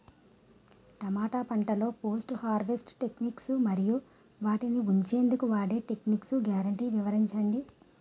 టమాటా పంటలో post harvest techniques మరియు వాటిని ఉంచెందుకు వాడే టెక్నిక్స్ గ్యారంటీ వివరించండి?